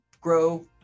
grow